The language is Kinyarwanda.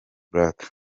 black